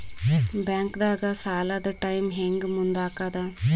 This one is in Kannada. ಬ್ಯಾಂಕ್ದಾಗ ಸಾಲದ ಟೈಮ್ ಹೆಂಗ್ ಮುಂದಾಕದ್?